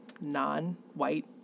non-white